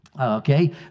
okay